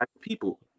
People